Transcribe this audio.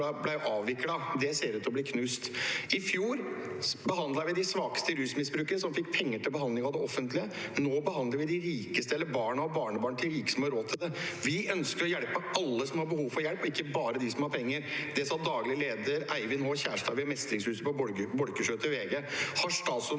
ble avviklet. Det ser ut til å bli knust. «I fjor behandlet vi de svakeste rusmisbrukere, som fikk penger til behandling av det offentlige. Nå behandler vi de rikeste eller barna og barnebarna til rike som har råd til det. Vi ønsker å hjelpe alle som har behov for hjelp og ikke bare de som har penger.» Det sa daglig leder Eivind H. Kjerstad ved Mestringshusenes behandlingssenter på Bolkesjø til VG. Har statsråden